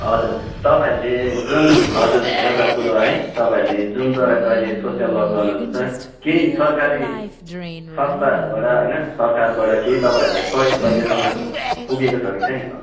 हजुर तपाईँहरूले जुन हजुर एउटा कुरा है तपाईँहरूले जुन प्रकरको अहिले सोसियल वर्क गर्नु हुँदै छ केही सरकारी संस्थाहरूबाट होइन सरकारबाट केही तपाईँहरूलाई सहयोग अहिलेसम्म पुगेको छ कि छैन होला